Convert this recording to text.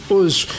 Hoje